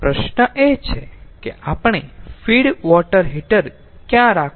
પ્રશ્ન એ છે કે આપણે ફીડ વોટર હીટર ક્યાં રાખવું છે